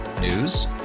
News